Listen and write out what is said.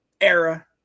era